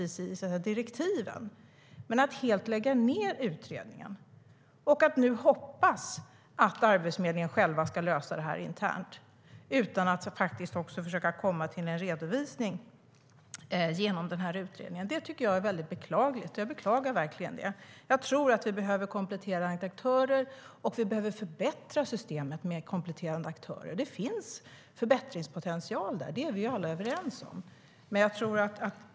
Men nu läggs utredningen helt ned, och det är beklagligt att man hoppas att Arbetsförmedlingen ska lösa problemen internt utan att de redovisas i utredningen. Jag beklagar verkligen det. Vi behöver kompletterande aktörer, och vi behöver förbättra systemet med kompletterande aktörer. Vi är alla överens om att det finns förbättringspotential.